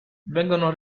vengono